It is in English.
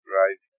right